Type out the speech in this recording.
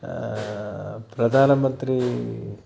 Pradhan Mantri